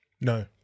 No